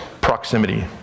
proximity